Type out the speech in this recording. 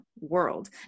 world